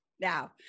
Now